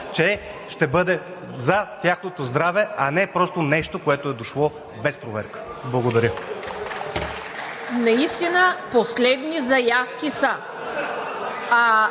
че ще бъде за тяхното здраве, а не просто нещо, което е дошло без проверка. Благодаря. (Ръкопляскания от